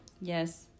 Yes